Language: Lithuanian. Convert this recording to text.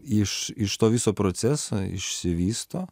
iš iš to viso proceso išsivysto